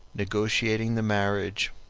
negotiating the marriage,